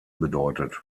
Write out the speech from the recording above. bedeutet